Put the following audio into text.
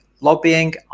lobbying